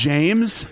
James